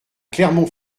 clermont